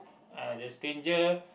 ah the stranger